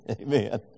Amen